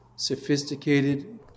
Sophisticated